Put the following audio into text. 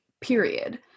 period